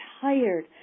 tired